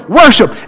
worship